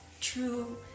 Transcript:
true